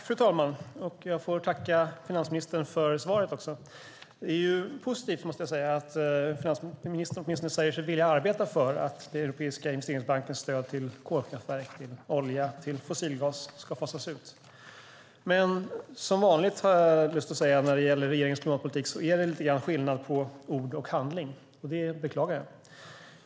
Fru talman! Jag får tacka finansministern för svaret. Det är positivt, måste jag säga, att finansministern åtminstone säger sig vilja arbeta för att Europeiska investeringsbankens stöd till kolkraftverk, olja och fossilgas ska fasas ut. Men som vanligt, har jag lust att säga, när det gäller regeringens klimatpolitik är det skillnad på ord och handling. Det beklagar jag.